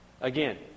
Again